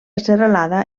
serralada